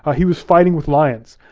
ah he was fighting with lions.